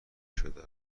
شده